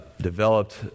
developed